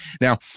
Now